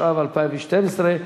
התשע"ב 2012,